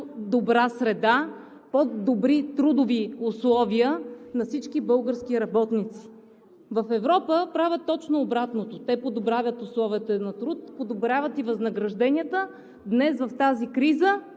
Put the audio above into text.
по-добра среда, по-добри трудови условия за всички български работници. В Европа правят точно обратното – подобряват условията на труд, подобряват и възнагражденията, а днес в тази криза